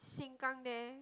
Sengkang there